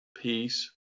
peace